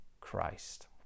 christ